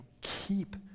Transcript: keep